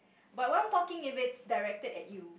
but what I'm talking if it's directed at you